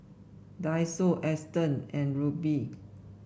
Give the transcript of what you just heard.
Daiso Astons and Rubi